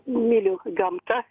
myliu gamtą